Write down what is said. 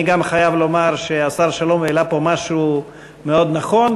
אני גם חייב לומר שהשר שלום העלה פה משהו מאוד נכון,